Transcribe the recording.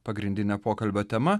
pagrindinė pokalbio tema